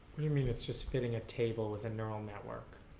but i mean its just fitting a table with a neural network,